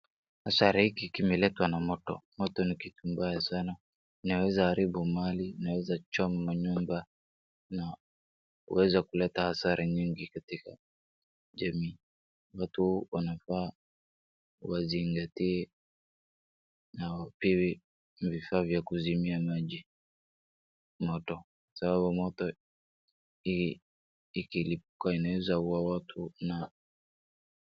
Hasara hiki kimeletwa na moto. Moto ni kitu mbaya sana, inaweza haribu mali, inaweza choma manyumba na huweza kuleta hasara mingi katika jamii. Watu wanafaa wazingatie na wapewe vifaa vya kuzimia maji, moto, sababu moto i, ikilipuka inaweza ua watu na..